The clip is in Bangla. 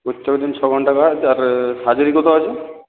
উৎবের দিন ছ ঘন্টা কাজ আর হাজিরি কত আছে